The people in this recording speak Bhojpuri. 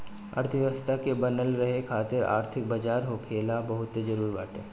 अर्थव्यवस्था के बनल रहे खातिर आर्थिक बाजार होखल बहुते जरुरी बाटे